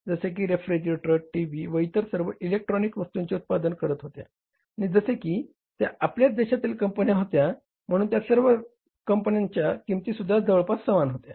जसे की refrigerators TV व इतर सर्व इलेक्ट्रॉनिक्स वस्तूंचे उत्पादन करत होत्या आणि जसे की त्या आपल्याच देशातील कंपन्या होत्या म्हणून त्यासर्व कंपन्यांच्या किंमतीसुद्धा जवळपास समान होत्या